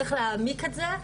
צריך להעמיק את זה.